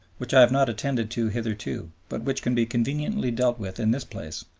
which i have not attended to hitherto, but which can be conveniently dealt with in this place.